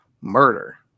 murder